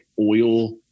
oil